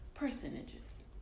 percentages